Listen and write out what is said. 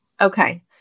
Okay